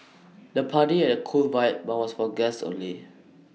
the party had cool vibe but was for guests only